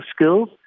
skills